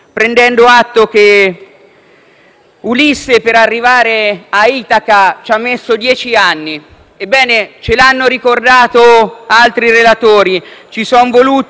Ulisse, per arrivare a Itaca, ci ha messo dieci anni e, come ci hanno ricordato altri senatori, ci sono voluti ventidue anni